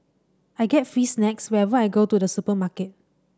I get free snacks whenever I go to the supermarket